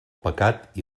pecat